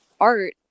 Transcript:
art